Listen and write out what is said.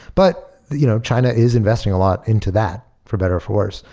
but you know china is investing a lot into that for better or for worse,